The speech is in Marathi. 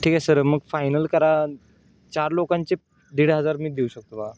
ठीक आहे सर मग फायनल करा चार लोकांचे दीड हजार मी देऊ शकतो बा